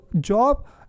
job